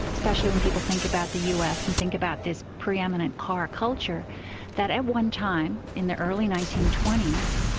especially when people think about the us and think about this pre-eminent car culture that at one time in the early nineteen twenty s,